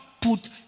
put